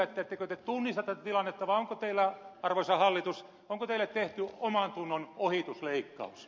ettekö te tunnista tätä tilannetta vai onko teille arvoisa hallitus tehty omantunnon ohitusleikkaus